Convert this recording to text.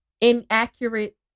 inaccurate